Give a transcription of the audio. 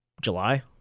July